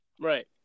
Right